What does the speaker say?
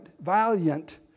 valiant